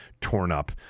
torn-up